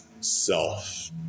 self